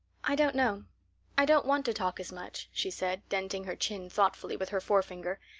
i don't know i don't want to talk as much, she said, denting her chin thoughtfully with her forefinger.